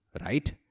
right